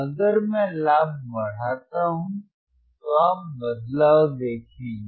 अगर मैं लाभ बढ़ाता हूं तो आप बदलाव देखेंगे